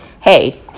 hey